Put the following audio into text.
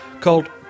called